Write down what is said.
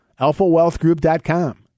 alphawealthgroup.com